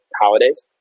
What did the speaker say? holidays